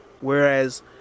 Whereas